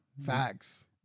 Facts